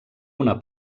una